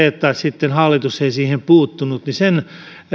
että sitten hallitus ei siihen puuttunut